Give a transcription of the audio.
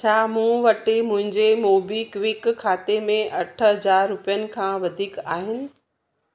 छा मूं वटि मुंहिंजे मोबीक्विक खाते में अठ हज़ार रुपियनि खां वधीक आहिनि